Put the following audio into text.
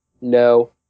no